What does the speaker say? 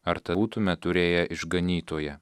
ar tad būtume turėję išganytoją